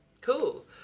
Cool